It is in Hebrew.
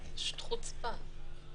פשוט חוצפה.